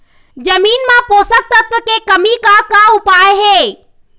जमीन म पोषकतत्व के कमी का उपाय हे?